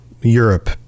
Europe